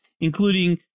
including